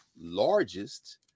largest